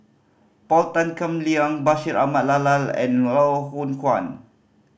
Paul Tan Kim Liang Bashir Ahmad and Loh Hoong Kwan